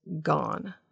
gone